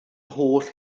holl